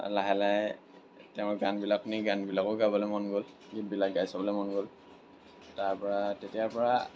লাহে লাহে তেওঁৰ গানবিলাক শুনি গানবিলাকো গাবলৈ মন গ'ল গীতবিলাক গাই চাবলৈ মন গ'ল তাৰপৰা তেতিয়াৰ পৰা